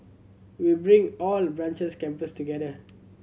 we'll bring all the branches campuses together